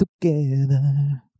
together